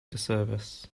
disservice